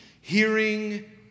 Hearing